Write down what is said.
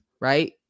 right